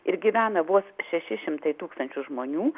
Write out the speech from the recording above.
ir gyvena vos šeši šimtai tūkstančių žmonių